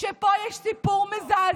כשפה יש לי סיפור מזעזע,